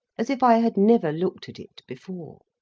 as if i had never looked at it before.